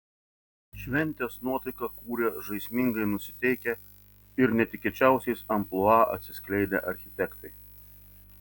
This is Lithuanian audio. šventės nuotaiką kūrė žaismingai nusiteikę ir netikėčiausiais amplua atsiskleidę architektai